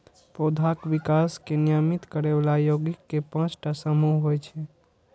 पौधाक विकास कें नियमित करै बला यौगिक के पांच टा समूह होइ छै